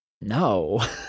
No